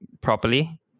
properly